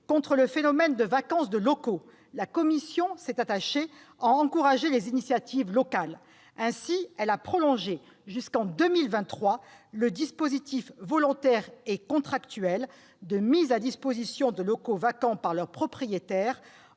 contre le phénomène de vacance de locaux, la commission s'est attachée à encourager les initiatives locales. Ainsi, elle a prolongé jusqu'en 2023 le dispositif volontaire et contractuel de mise à disposition de locaux vacants par leurs propriétaires